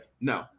no